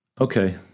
Okay